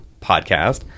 podcast